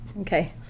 Okay